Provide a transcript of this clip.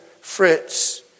Fritz